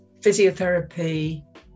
physiotherapy